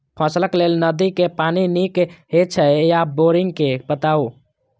फसलक लेल नदी के पानी नीक हे छै या बोरिंग के बताऊ?